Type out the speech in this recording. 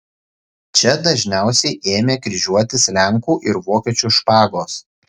čia dažniausiai ėmė kryžiuotis lenkų ir vokiečių špagos